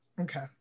Okay